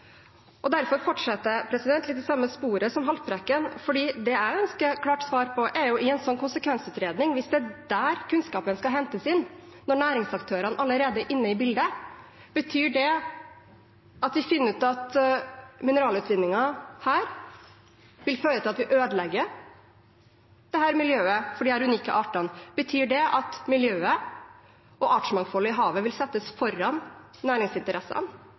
kloden. Derfor fortsetter jeg litt i det samme sporet som representanten Haltbrekken. Det jeg ønsker et klart svar på, er: Hvis man i en konsekvensutredning, hvis det er der kunnskapen skal hentes inn – og når næringsaktørene allerede er inne i bildet – finner ut at mineralutvinning her vil føre til at vi ødelegger dette miljøet for disse unike artene, betyr det at miljøet og artsmangfoldet i havet vil settes foran næringsinteressene?